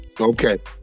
Okay